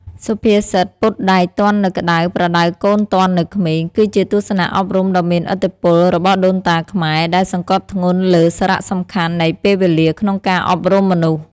សុភាសិត «ពត់ដែកទាន់នៅក្ដៅ ប្រដៅកូនទាន់នៅក្មេង» គឺជាទស្សនៈអប់រំដ៏មានឥទ្ធិពលរបស់ដូនតាខ្មែរ ដែលសង្កត់ធ្ងន់លើសារៈសំខាន់នៃពេលវេលាក្នុងការអប់រំមនុស្ស។